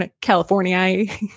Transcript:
California